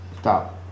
Stop